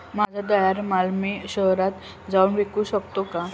माझा तयार माल मी शहरात जाऊन विकू शकतो का?